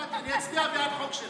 אני אצביע בעד חוק שלך.